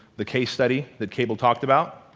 the case study the cabel talked about,